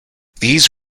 these